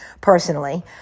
personally